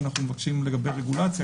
כפי שאנחנו מבקשים לגבי רגולציה,